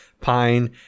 pine